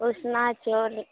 उसना चाउर